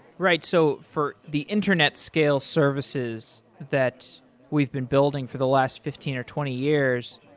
right. so for the internet scale services that we've been building for the last fifteen or twenty years,